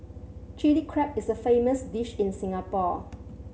Chilli Crab is a famous dish in Singapore